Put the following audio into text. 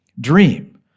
dream